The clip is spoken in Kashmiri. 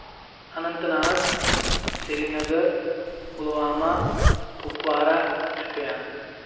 اننت ناگ سرینگر پلوامہ کپوارہ شُپیان